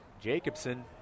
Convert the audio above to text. Jacobson